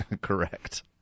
Correct